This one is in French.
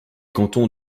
cantons